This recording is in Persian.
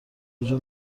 کجا